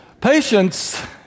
Patience